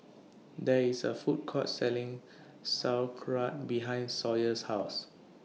There IS A Food Court Selling Sauerkraut behind Sawyer's House